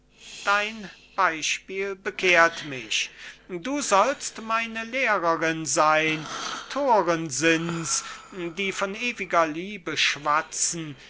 dein beispiel bekehrt mich du sollst meine lehrerin sein thoren sind's die von ewiger liebe schwatzen